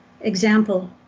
example